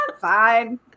fine